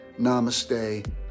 Namaste